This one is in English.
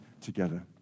together